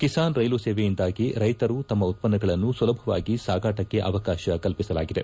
Kisan rail ಸೇವೆಯಿಂದಾಗಿ ರೈತರು ತಮ್ಮ ಉತ್ಪನ್ನಗಳನ್ನು ಸುಲಭವಾಗಿ ಸಾಗಾಟಕ್ಕೆ ಅವಕಾಶ ಕಲ್ಪಿಸಲಾಗಿದೆ